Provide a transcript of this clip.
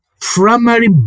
primary